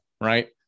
right